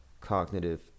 cognitive